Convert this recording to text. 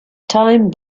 time